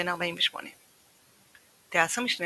בן 48. טייס המשנה